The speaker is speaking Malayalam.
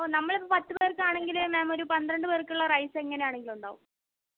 ഓ നമ്മളിപ്പോൾ പത്ത് പേർക്കാണെങ്കിൽ മേം ഒരു പന്ത്രണ്ട് പേർക്കുള്ള റൈസ് എങ്ങനെയാണെങ്കിലും ഉണ്ടാകും